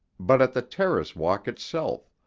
but at the terrace walk itself,